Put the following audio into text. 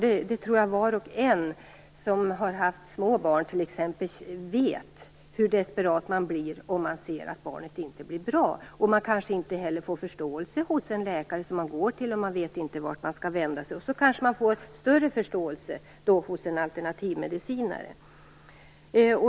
Jag tror att var och en som har haft små barn vet hur desperat man blir om barnen inte blir bra. Man kanske inte får förståelse hos den läkare man går till, medan man kanske får större förståelse hos en alternativmedicinare.